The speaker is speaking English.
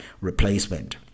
replacement